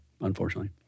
unfortunately